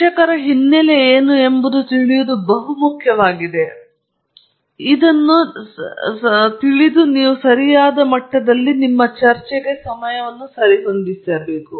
ಆದ್ದರಿಂದ ಅವರ ಹಿನ್ನೆಲೆ ಏನು ಎಂದು ತಿಳಿಯಲು ಬಹಳ ಮುಖ್ಯವಾಗಿದೆ ಇದರಿಂದಾಗಿ ನೀವು ಸರಿಯಾದ ಮಟ್ಟದಲ್ಲಿ ಚರ್ಚೆಗೆ ಸರಿಹೊಂದಿಸಬಹುದು